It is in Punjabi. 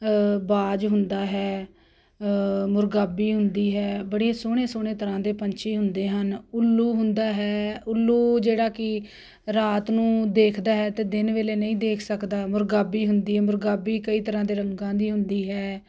ਬਾਜ ਹੁੰਦਾ ਹੈ ਮੁਰਗਾਬੀ ਹੁੰਦੀ ਹੈ ਬੜੀ ਸੋਹਣੇ ਸੋਹਣੇ ਤਰ੍ਹਾਂ ਦੇ ਪੰਛੀ ਹੁੰਦੇ ਹਨ ਉੱਲੂ ਹੁੰਦਾ ਹੈ ਉੱਲੂ ਜਿਹੜਾ ਕਿ ਰਾਤ ਨੂੰ ਦੇਖਦਾ ਹੈ ਅਤੇ ਦਿਨ ਵੇਲੇ ਨਹੀਂ ਦੇਖ ਸਕਦਾ ਮੁਰਗਾਬੀ ਹੁੰਦੀ ਮੁਰਗਾਬੀ ਕਈ ਤਰ੍ਹਾਂ ਦੇ ਰੰਗਾਂ ਦੀ ਹੁੰਦੀ ਹੈ